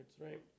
right